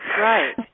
Right